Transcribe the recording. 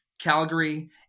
Calgary